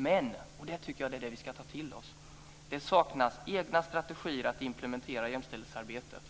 Men - och det tycker jag att vi ska ta till oss - det saknas egna strategier att implementera jämställdhetsarbetet,